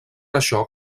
això